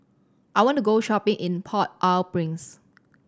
I want to go shopping in Port Au Prince